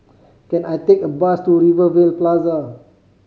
can I take a bus to Rivervale Plaza